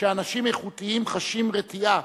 שאנשים איכותיים חשים רתיעה,